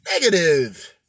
Negative